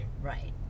Right